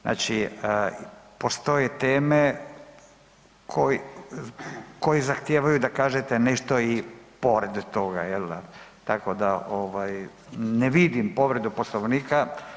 Znači postoje teme koje zahtijevaju da kažete nešto i pored toga jel da, tako da ne vidim povredu Poslovnika.